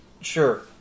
sure